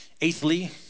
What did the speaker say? eighthly